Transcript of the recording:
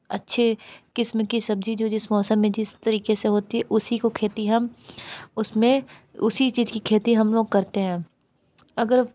अच्छी किस्म की सब्जी जो जिस मौसम में जिस तरीके से होती है उसी को खेती हम उस में उसी चीज की खेती हम लोग करते हैं अगर